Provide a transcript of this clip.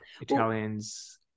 Italians